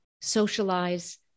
socialize